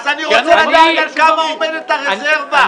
אז אני רוצה לדעת על כמה עומדת הרזרבה.